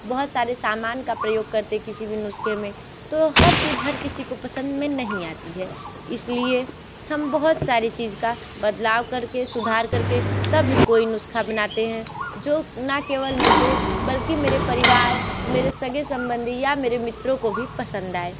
बहुत सारे सामान का प्रयोग करते किसी भी नुस्ख़े में तो हर चीज़ हर किसी को पसंद में नहीं आती है इस लिए हम बहुत सारी चीज़ का बदलाव कर के सुधार कर के तब ही कोई नुस्ख़ा बनाते हैं जो ना केवल मुझे बल्कि मेरे परिवार मेरे सगे संबंधी या मेरे मित्रों को भी पसंद आए